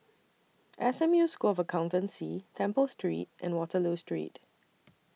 S M U School of Accountancy Temple Street and Waterloo Street